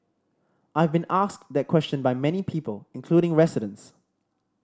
I've been asked that question by many people including residents